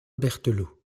berthelot